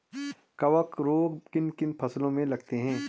कवक रोग किन किन फसलों में लगते हैं?